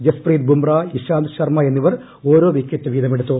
ജസ്പ്രീത് ബുംറ ഇഷാന്ത് ശർമ്മ എന്നിവർ ഓരോ വിക്കറ്റ് വീതമെടുത്തു